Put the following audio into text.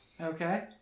Okay